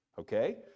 okay